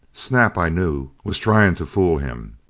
snap, i knew, was trying to fool him.